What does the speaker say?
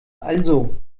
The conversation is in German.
also